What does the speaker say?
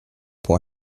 pour